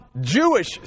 Jewish